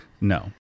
No